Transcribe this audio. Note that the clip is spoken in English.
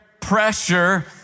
pressure